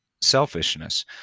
selfishness